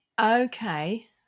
okay